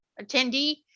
attendee